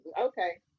okay